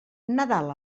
nadal